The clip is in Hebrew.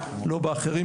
לא באחרים,